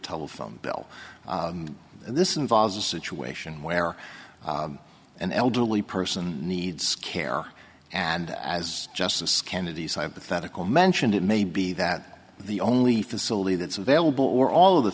telephone bill and this involves a situation where an elderly person needs care and as justice kennedy's hypothetical mentioned it may be that the only facility that's available or all of the